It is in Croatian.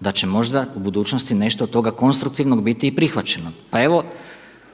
da će možda u budućnosti nešto od toga konstruktivnog biti i prihvaćeno. Pa evo,